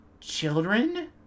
children